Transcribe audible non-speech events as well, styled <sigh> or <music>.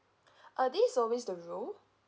<breath> uh this always the rule